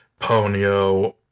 Ponyo